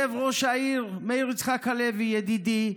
ראש העיר מאיר יצחק הלוי, ידידי,